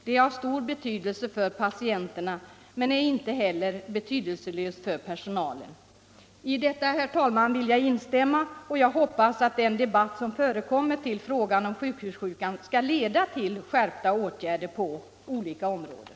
Det är av stor betydelse för patienterna men är inte heller betydelselöst för personalen.” I detta, herr talman, vill jag instämma och hoppas att den debatt som förekommit i frågan om sjukhussjukan skall leda till skärpta åtgärder på olika områden.